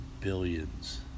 billions